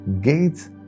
Gates